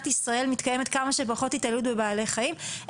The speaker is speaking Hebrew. ישראל מתקיימת כמה שפחות התעללות בבעלי חיים,